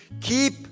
keep